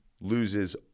loses